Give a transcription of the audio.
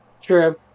True